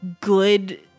good